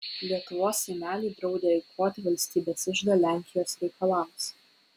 lietuvos seimeliai draudė eikvoti valstybės iždą lenkijos reikalams